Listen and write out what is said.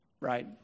Right